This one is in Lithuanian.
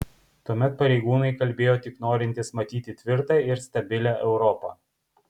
tuomet pareigūnai kalbėjo tik norintys matyti tvirtą ir stabilią europą